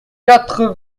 quatre